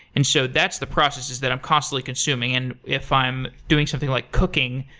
and so that's the processes that i'm constantly consuming. and if i'm doing something like cooking,